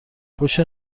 پشت